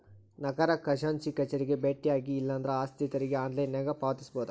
ನಗರ ಖಜಾಂಚಿ ಕಚೇರಿಗೆ ಬೆಟ್ಟ್ಯಾಗಿ ಇಲ್ಲಾಂದ್ರ ಆಸ್ತಿ ತೆರಿಗೆ ಆನ್ಲೈನ್ನ್ಯಾಗ ಪಾವತಿಸಬೋದ